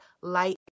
light